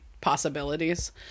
possibilities